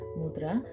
mudra